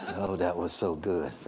oh that was so good.